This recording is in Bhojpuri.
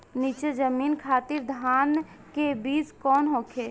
नीची जमीन खातिर धान के बीज कौन होखे?